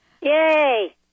Yay